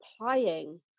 applying